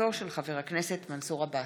תודה.